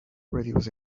reveals